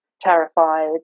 terrified